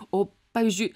o pavyzdžiui